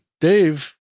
Dave